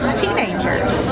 teenagers